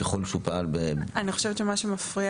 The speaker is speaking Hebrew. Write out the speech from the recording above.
ככל שהוא פעל --- אני חושבת שמה שמפריע